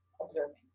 observing